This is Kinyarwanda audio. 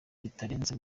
bitarenze